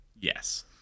Yes